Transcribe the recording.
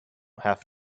have